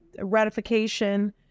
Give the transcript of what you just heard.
ratification